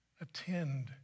attend